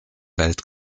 welt